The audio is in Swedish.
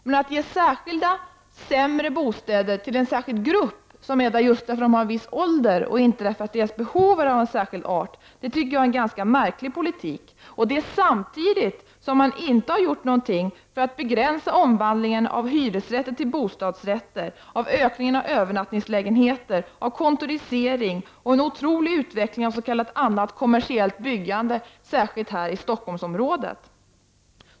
Men att ge särskilda sämre bostäder till en särskild grupp efter viss ålder och inte därför att behovet är av särskild art tycker jag är ganska märklig politik, detta samtidigt som man inte har gjort någonting för att begränsa omvandlingen av hyresrätter till bostadsrätter, ökningen av övernattningslägenheter, kontorisering och en otrolig utveckling av annat s.k. kommersiellt byggande särskilt i Stockholmsområdet.